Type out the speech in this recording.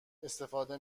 استفاده